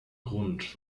grund